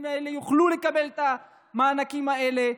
האלה יוכלו לקבל את המענקים האלה,